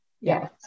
Yes